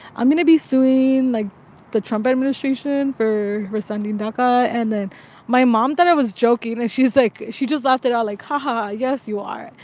i'm going to be suing, like, the trump administration for rescinding daca. and then my mom thought i was joking, and she's like she just laughed it off, like, ha-ha, yes, you are.